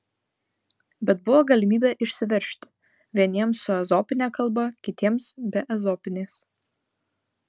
bet buvo galimybė išsiveržti vieniems su ezopine kalba kitiems be ezopinės